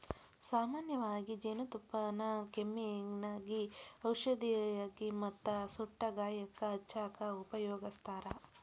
ಸಾಮನ್ಯವಾಗಿ ಜೇನುತುಪ್ಪಾನ ಕೆಮ್ಮಿಗೆ ಔಷದಾಗಿ ಮತ್ತ ಸುಟ್ಟ ಗಾಯಕ್ಕ ಹಚ್ಚಾಕ ಉಪಯೋಗಸ್ತಾರ